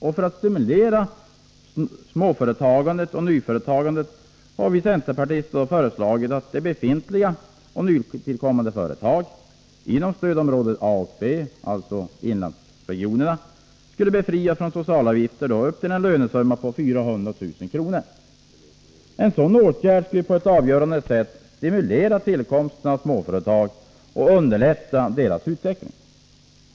Och för att stimulera småföretagandet och nyföretagandet har vi centerpartister föreslagit att befintliga och nytillkommande företag inom stödområde A och B befrias från socialavgifterna upp till en lönesumma på 400 000 kr. En sådan åtgärd skulle på ett avgörande sätt kunna stimulera tillkomsten av småföretag och underlätta deras utveckling.